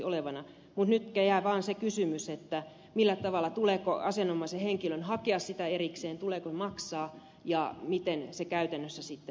mutta nyt jää vain se kysymys tuleeko asianomaisen henkilön hakea sitä erikseen tuleeko maksaa ja miten se käytännössä sitten haetaan